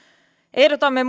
ehdotamme